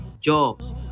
jobs